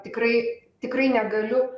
tikrai tikrai negaliu